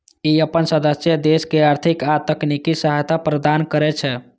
ई अपन सदस्य देश के आर्थिक आ तकनीकी सहायता प्रदान करै छै